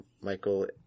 Michael